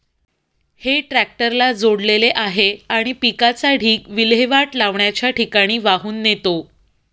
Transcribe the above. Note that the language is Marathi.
हे ट्रॅक्टरला जोडलेले आहे आणि पिकाचा ढीग विल्हेवाट लावण्याच्या ठिकाणी वाहून नेतो